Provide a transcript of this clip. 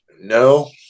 No